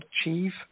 achieve